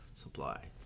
supply